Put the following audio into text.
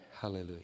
hallelujah